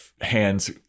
hands